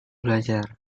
belajar